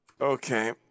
Okay